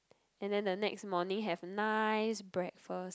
and then the next morning have nice breakfast